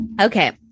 Okay